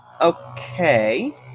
Okay